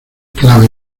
clave